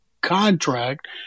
contract –